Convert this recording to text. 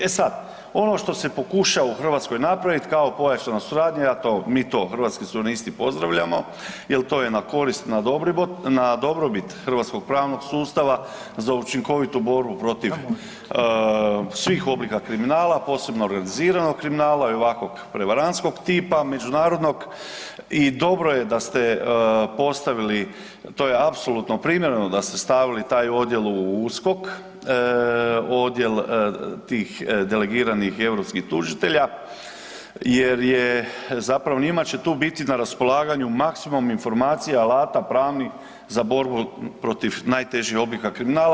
E sad, ono što se pokušava u Hrvatskoj napraviti kao pojačana suradnja, mi to Hrvatski suverenisti pozdravljamo jer to je na korist, na dobrobit hrvatskog pravnog sustava za učinkovitu borbu protiv svih oblika kriminala, posebno organiziranog kriminala i ovakvog prevarantskog tipa, međunarodnog i dobro je da ste postavili, to je apsolutno primjereno da ste stavili taj odjel u USKOK, odjel tih delegiranih europskih tužitelja jer je zapravo, njima će tu biti na raspolaganju maksimum informacija, alata pravnih za borbu protiv najtežih oblika kriminala.